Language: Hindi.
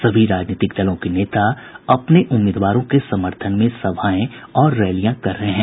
सभी राजनीतिक दलों के नेता अपने उम्मीदवारों के समर्थन में सभाएं और रैलियां कर रहे हैं